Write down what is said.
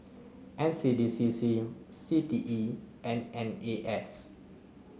N C D C C C T E and N A S